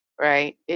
right